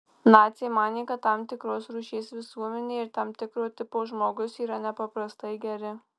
naciai manė kad tam tikros rūšies visuomenė ir tam tikro tipo žmogus yra nepaprastai geri